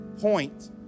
point